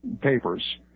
papers